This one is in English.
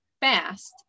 fast